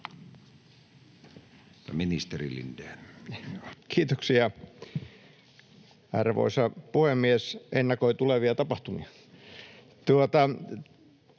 Kiitoksia, arvoisa puhemies! — Ennakoi tulevia tapahtumia.